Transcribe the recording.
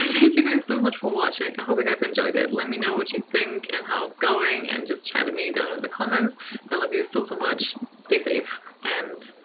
thank you guys so much for watching, i hope you guys enjoyed it. let me know what you think, and how it's going, and just chat to me down in the comments i but love you so, so much stay safe and